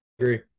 agree